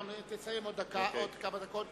אתה תסיים עוד כמה דקות.